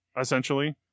essentially